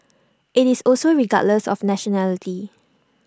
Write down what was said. IT is also regardless of nationality